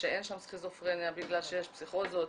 שאין שם סכיזופרניה בגלל שיש פסיכוזות,